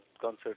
concert